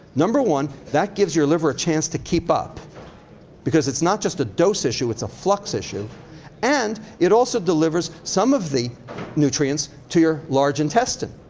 number one, that gives your liver a chance to keep up because it's not just a dose issue, it's a flux issue and it also delivers some of the nutrients to your large intestine,